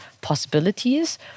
possibilities